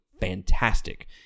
fantastic